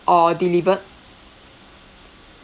or delivered